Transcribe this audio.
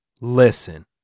listen